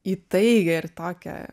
įtaigią ir tokią